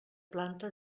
planta